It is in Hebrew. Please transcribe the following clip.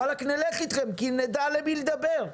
וואלק נלך איתכם כי נדע עם מי לדבר.